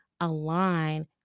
align